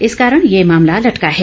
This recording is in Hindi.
इस कारण यह मामला लटका है